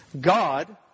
God